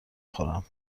خورم